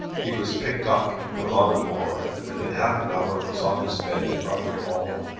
he was picked up and put on a door and within half an hour was on his bed in rufford hall.